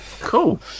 cool